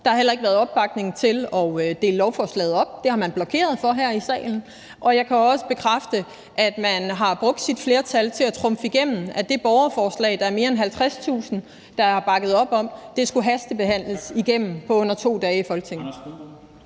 Der har heller ikke været opbakning til at dele lovforslaget op – det har man blokeret for her i salen. Og jeg kan også bekræfte, at man har brugt sit flertal til at trumfe igennem, at det borgerforslag, som mere end 50.000 har bakket op om, skulle hastes igennem behandlingen i Folketinget